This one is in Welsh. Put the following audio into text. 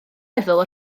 meddwl